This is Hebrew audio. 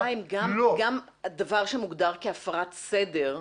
השאלה אם גם דבר שמוגדר כהפרת סדר,